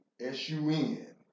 S-U-N